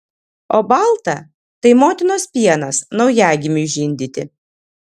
o balta tai motinos pienas naujagimiui žindyti